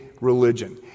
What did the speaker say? religion